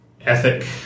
ethic